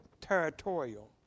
territorial